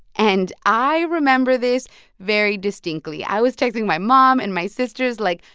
and i remember this very distinctly. i was texting my mom and my sisters, like,